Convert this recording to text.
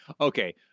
okay